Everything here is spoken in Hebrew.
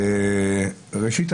ראשית,